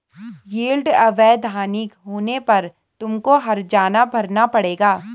yield अवैधानिक होने पर तुमको हरजाना भरना पड़ेगा